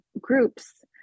groups